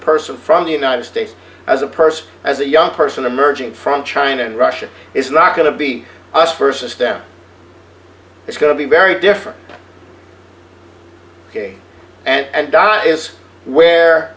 person from the united states as a person as a young person emerging from china and russia is not going to be us versus them it's going to be very different and i is where